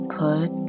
put